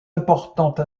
importante